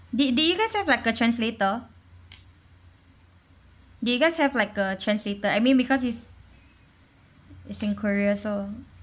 did did you guys have like a translator did you guys have like a translator I mean because it's is in korea so